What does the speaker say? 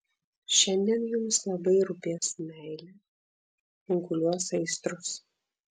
šiandien jums labai rūpės meilė kunkuliuos aistros